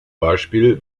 beispiel